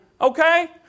Okay